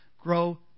Grow